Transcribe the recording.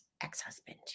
ex-husband